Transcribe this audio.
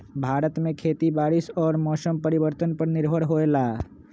भारत में खेती बारिश और मौसम परिवर्तन पर निर्भर होयला